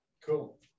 Cool